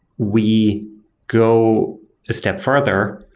we go a step further.